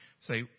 say